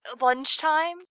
Lunchtime